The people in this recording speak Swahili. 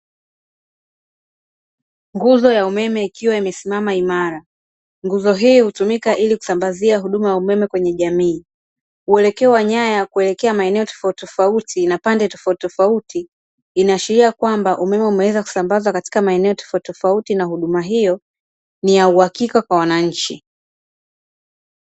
Nguzo ya umeme ikiwa imesimama imara. Nguzo hii hutumika kusambazia umeme kwa jamii. Uelekeo wa nyaya kuelekea maeneo tofauti tofauti unaashiria kwamba umeme umeweza kusambazwa katika maeneo mbalimbali, na huduma hiyo ni ya uhakika kwa wananchi.